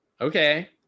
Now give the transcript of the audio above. okay